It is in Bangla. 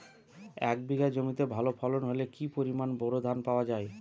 এক বিঘা জমিতে ভালো ফলন হলে কি পরিমাণ বোরো ধান পাওয়া যায়?